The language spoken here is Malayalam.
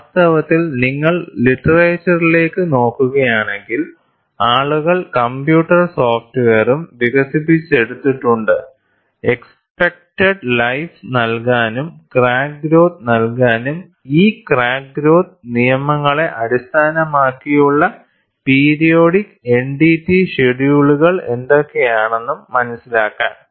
വാസ്തവത്തിൽ നിങ്ങൾ ലിറ്ററേച്ചറിലേക്ക് നോക്കുകയാണെങ്കിൽ ആളുകൾ കമ്പ്യൂട്ടർ സോഫ്റ്റ്വെയറും വികസിപ്പിച്ചെടുത്തിട്ടുണ്ട് എക്സ്പെക്റ്റഡ് ലൈഫ് നൽകാനും ക്രാക്ക് ഗ്രോത്ത് നൽകാനും ഈ ക്രാക്ക് ഗ്രോത്ത് നിയമങ്ങളെ അടിസ്ഥാനമാക്കിയുള്ള പീരിയോഡിക് NDT ഷെഡ്യൂളുകൾ എന്തൊക്കെയാണെന്നും മനസ്സിലാക്കാൻ